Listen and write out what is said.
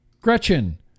gretchen